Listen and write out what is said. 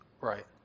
right